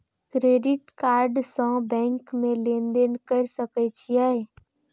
Credit card से bank में लेन देन कर सके छीये?